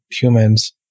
humans